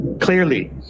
clearly